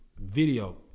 video